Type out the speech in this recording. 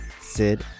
Sid